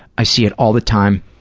i see it all the time.